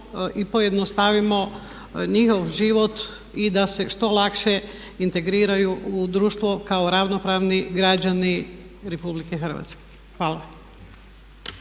i pojednostavimo njihov život i da se što lakše integriraju u društvo kao ravnopravni građani Republike Hrvatske. Hvala.